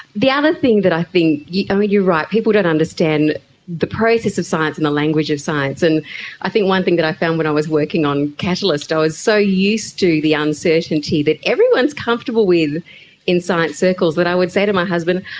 the other and thing that i think, yeah um you're right, people don't understand the process of science and the language of science, and i think one thing that i found when i was working on catalyst, i was so used to the uncertainty that everyone is comfortable with in science circles that i would say to my husband,